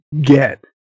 get